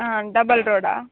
double రోడా